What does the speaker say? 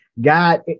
God